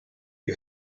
you